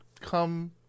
come